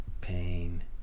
pain